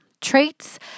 traits